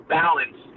balance